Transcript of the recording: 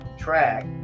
track